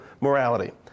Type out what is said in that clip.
morality